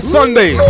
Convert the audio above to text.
Sunday